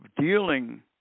dealing